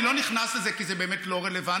לא, אני לא נכנס לזה, כי זה באמת לא רלוונטי.